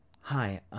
Hi